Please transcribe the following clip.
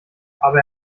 aber